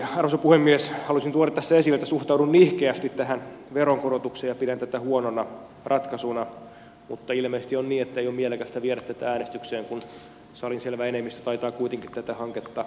eli arvoisa puhemies halusin tuoda tässä esille että suhtaudun nihkeästi tähän veronkorotukseen ja pidän tätä huonona ratkaisuna mutta ilmeisesti on niin ettei ole mielekästä viedä tätä äänestykseen kun salin selvä enemmistö taitaa kuitenkin tätä hanketta tukea